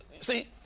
See